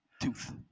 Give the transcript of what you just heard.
tooth